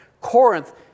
Corinth